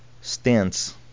stance